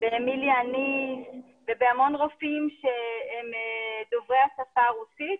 באמיליה אניס ובהמון רופאים שהם דוברי השפה הרוסית.